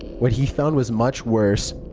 what he found was much worse.